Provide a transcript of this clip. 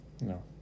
No